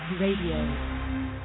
Radio